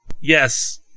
yes